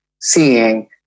seeing